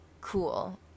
cool